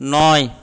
নয়